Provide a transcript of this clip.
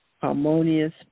harmonious